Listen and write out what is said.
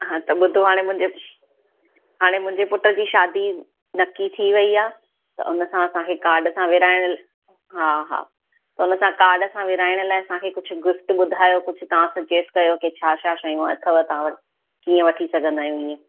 हा त ॿुधो हाणे मुंहिंजे हाणे मुंहिंजे पुट जी शादी नकी थी वई आहे त उनसां असांखे कार्ड सां विराहण ल हा हा त उनसां कार्ड सां विराहण लाइ असांखे कुझु गिफ्ट ॿुधायो कुझु तव्हां सजेस्ट कयो की छा छा शयूं अथव तव्हां वटि कीअं वठी सघंदा आहियूं इअं